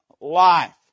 life